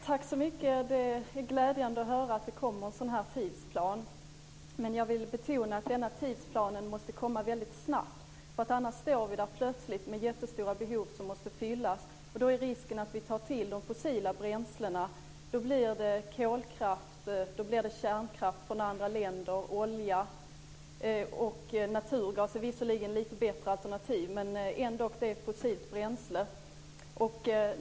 Herr talman! Det är glädjande att höra att det kommer en sådan tidsplan, men jag vill betona att den måste komma väldigt snabbt. Annars kommer vi plötsligt att stå inför jättestora behov som måste fyllas. Det är risk för att vi då tar till fossila bränslen som olja liksom även kolkraft och kärnkraft från andra länder. Naturgas är visserligen ett lite bättre alternativ, men den är ändå i princip ett fossilt bränsle.